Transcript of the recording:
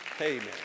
Amen